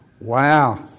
Wow